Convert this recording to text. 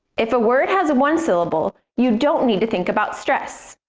if a word has one syllable, you don't need to think about stress.